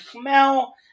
smell